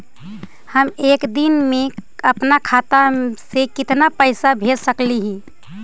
हम एक दिन में अपन खाता से कितना पैसा भेज सक हिय?